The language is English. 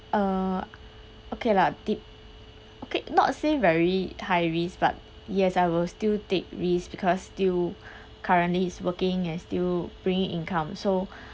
uh okay lah tip okay not say very high risk but yes I will still take risks because still currently is working and still bringing income so